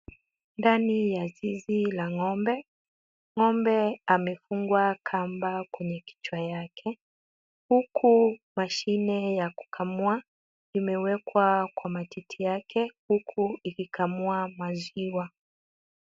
Ndani ya zizi la ng'ombe, ng'ombe amefungwa kamba kwenye kichwa yake, huku mashine ya kukamua imewekwa kwa matiti yake huku ikikamua maziwa.